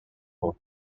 were